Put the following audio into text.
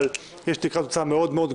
אבל יש תקרת הוצאה גבוהה מאוד.